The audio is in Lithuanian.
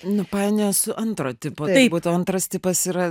nu painioja su antro tipo po to antras tipas yra